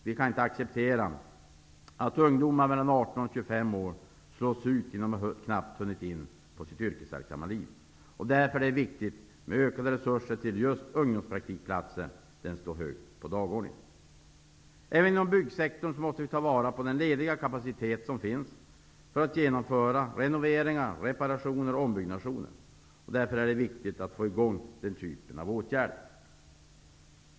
Vi kan inte acceptera att ungdomar mellan 18 och 25 år slås ut innan de knappt hunnit börja sitt yrkesverksamma liv. Ökade resurser till ungdomspraktikplatser står därför högt på dagordningen. Inom byggsektorn måste vi ta vara på den lediga kapacitet som finns för att genomföra renoveringar, reparationer och ombyggnationer. Därför är det viktigt att få i gång den typen av åtgärder.